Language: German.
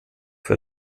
für